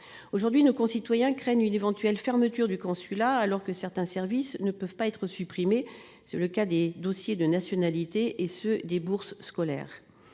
Aujourd'hui, nos concitoyens craignent une éventuelle fermeture du consulat, alors même que certains services ne peuvent pas être supprimés- c'est le cas pour les dossiers de nationalité et de bourses scolaires.